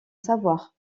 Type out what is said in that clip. savoir